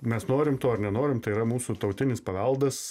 mes norim to ar nenorim tai yra mūsų tautinis paveldas